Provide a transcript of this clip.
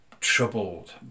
troubled